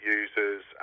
users